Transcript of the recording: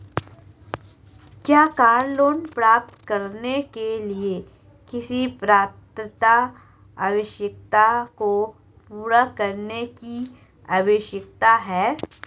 क्या car loan प्राप्त करने के लिए किसी पात्रता आवश्यकता को पूरा करने की आवश्यकता है?